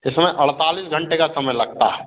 इसमें अड़तालीस घंटे का समय लगता है